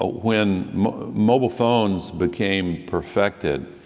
when mobile phones became perfected,